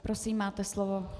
Prosím, máte slovo.